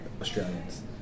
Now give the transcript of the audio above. Australians